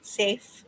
safe